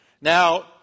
Now